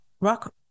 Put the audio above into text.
Rock